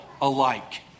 alike